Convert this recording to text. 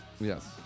Yes